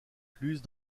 incluses